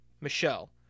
Michelle